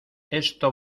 esto